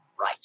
Right